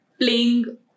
playing